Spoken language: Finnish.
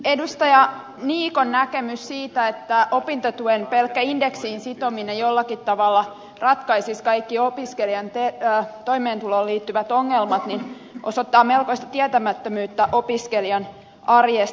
edustaja niikon näkemys siitä että opintotuen pelkkä indeksiin sitominen jollakin tavalla ratkaisisi kaikki opiskelijan toimeentuloon liittyvät ongelmat osoittaa melkoista tietämättömyyttä opiskelijan arjesta